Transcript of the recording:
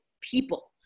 people